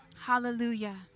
Hallelujah